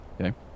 Okay